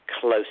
close